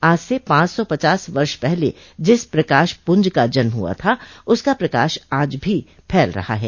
आज से पाँच सौ पचास वर्ष पहले जिस प्रकाश प्रंज का जन्म हुआ था उसका प्रकाश आज भी फैल रहा हैं